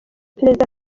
perezida